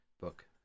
book